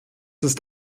ist